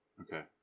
Okay